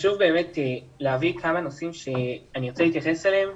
חשוב להביא כמה נושאים שאני ארצה להתייחס אליהם.